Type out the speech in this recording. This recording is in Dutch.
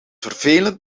vervelend